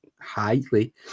highly